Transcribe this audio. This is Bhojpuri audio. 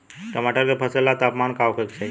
टमाटर के फसल ला तापमान का होखे के चाही?